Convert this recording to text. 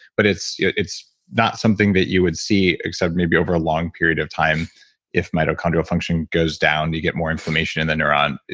but it's it's not something that you would see except maybe over a long period of time if mitochondrial function goes down, you get more inflammation in the neuron.